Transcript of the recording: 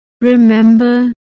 Remember